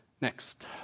Next